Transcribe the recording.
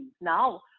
Now